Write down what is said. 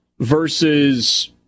versus